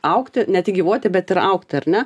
augti ne tik gyvuoti bet ir augti ar ne